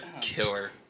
killer